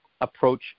approach